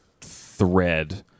thread